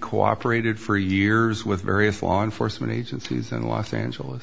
cooperated for years various law enforcement agencies and los angeles